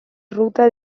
ruta